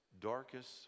darkest